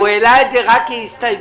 הוא העלה את זה רק כהסתייגויות.